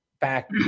back